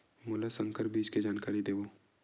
मोला संकर बीज के जानकारी देवो?